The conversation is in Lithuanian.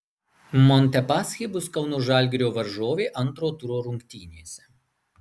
montepaschi bus kauno žalgirio varžovė antro turo rungtynėse